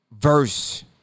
verse